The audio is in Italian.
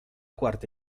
quarta